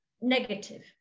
negative